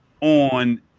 on